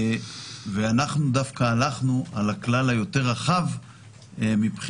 ואנחנו דווקא הלכנו על הכלל היותר רחב מבחינת